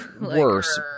Worse